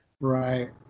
Right